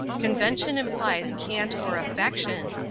convention implies cant or affectation,